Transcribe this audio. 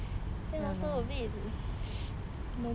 then also a bit